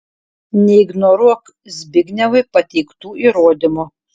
neignoruok zbignevui pateiktų įrodymų